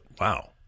wow